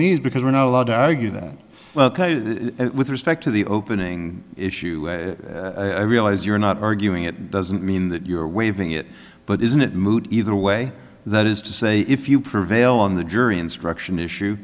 knees because we're not allowed to argue that well with respect to the opening issue i realize you're not arguing it doesn't mean that you're waving it but isn't it moot either way that is to say if you prevail on the jury instruction issue